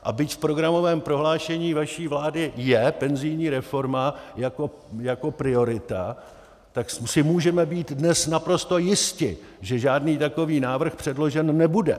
A byť v programovém prohlášení vaší vlády je penzijní reforma jako priorita, tak si můžeme být dnes naprosto jisti, že žádný takový návrh předložen nebude.